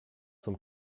zum